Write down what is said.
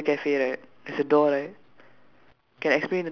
okay uh if you see on the cafe right there's a door right